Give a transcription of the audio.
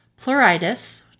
Pleuritis